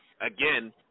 again